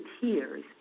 tears